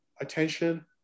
attention